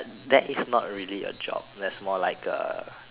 that is not really a job that's more like a